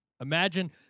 Imagine